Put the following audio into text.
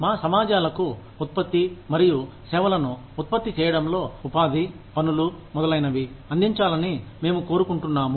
మా సమాజాలకు ఉత్పత్తి మరియు సేవలను ఉత్పత్తి చేయడంలో ఉపాధి పనులు మొదలైనవి అందించాలని మేము కోరుకుంటున్నాము